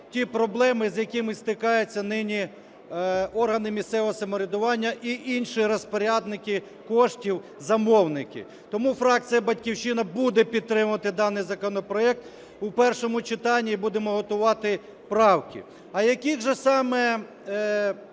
ті проблеми, з якими стикаються нині органи місцевого самоврядування і інші розпорядники коштів, замовники. Тому фракція "Батьківщина" буде підтримувати даний законопроект у першому читанні і будемо готувати правки.